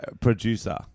producer